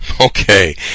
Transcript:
Okay